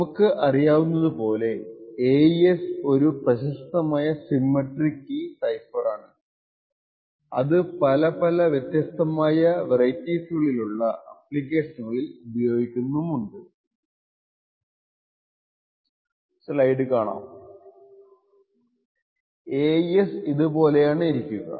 നമുക്ക് അറിയാവുന്നതു പോലെ AES ഒരു പ്രശസ്തമായ സിമ്മട്രിക് കീ സൈഫറാണ് അത്പല പല വ്യത്യസ്തമായ വെറൈറ്റീകളിലുള്ള ആപ്ലിക്കേഷനുകളിൽ ഉപയോഗിക്കുന്നുണ്ട് AES ഇതു പോലെയാണ് ഇരിക്കുക